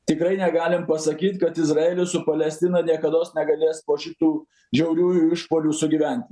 tikrai negalim pasakyt kad izraelis su palestina niekados negalės po šitų žiauriųjų išpuolių sugyvent